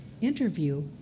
interview